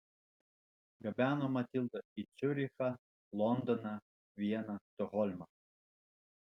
gabeno matildą į ciurichą londoną vieną stokholmą